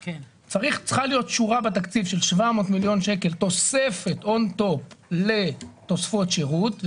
צריכה להיות שורה בתקציב של 700 מיליון שקל תוספת לתוספות שירות.